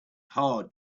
hard